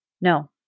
No